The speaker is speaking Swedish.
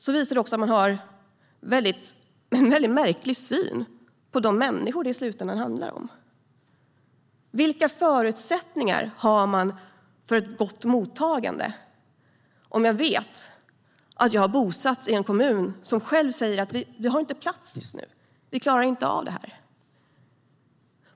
Men utöver det visar detta också en väldigt märklig syn på de människor det i slutändan handlar om. Vilka förutsättningar finns det för ett gott mottagande för en person som bosätts i en kommun som själv säger att det inte finns plats och att man inte klarar av det här?